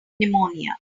pneumonia